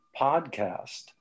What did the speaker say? podcast